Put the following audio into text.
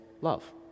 love